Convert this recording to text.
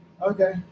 Okay